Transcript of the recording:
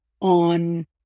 on